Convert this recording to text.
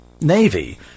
Navy